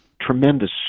tremendous